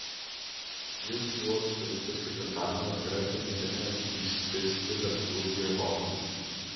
jis buvo suimtas ketvirtadienį vakare kai mėgino išskristi lėktuvu į europą